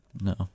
No